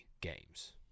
games